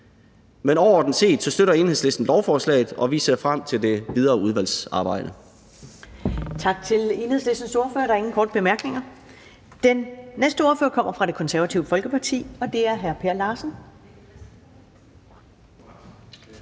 Men overordnet set støtter Enhedslisten lovforslaget, og vi ser frem til det videre udvalgsarbejde.